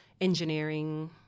engineering